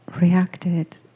reacted